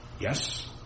Yes